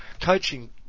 coaching